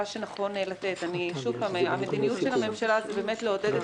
שנכון לתת המדיניות של הממשלה היא לעודד את